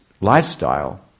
lifestyle